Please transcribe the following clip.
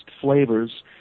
flavors